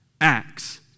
Acts